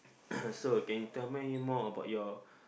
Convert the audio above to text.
also can you tell me more about your